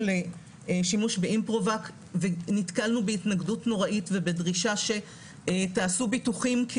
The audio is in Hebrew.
לשימוש באימפרובק ונתקלנו בהתנגדות נוראית ובדרישה שנעשה ביטוחים כי